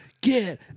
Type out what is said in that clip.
Get